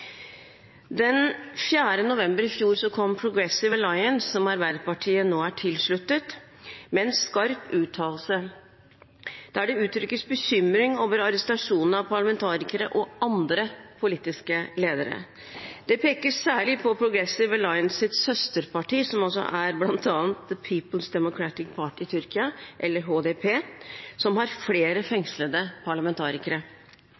4. november i fjor kom Progressive Alliance, som Arbeiderpartiet nå er tilsluttet, med en skarp uttalelse der det uttrykkes bekymring over arrestasjonen av parlamentarikere og andre politiske ledere. Det pekes særlig på Progressive Alliances søsterparti, Peoples’ Democratic Party – HDP – i Tyrkia, som har flere